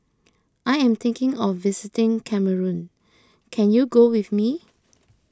I am thinking of visiting Cameroon can you go with me